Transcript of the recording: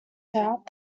doubt